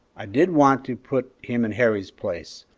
i did want to put him in harry's place.